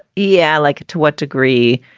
yeah. like. to what degree?